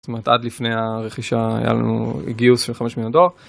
זאת אומרת עד לפני הרכישה היה לנו הגיוס של 5 מליון דולר.